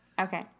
Okay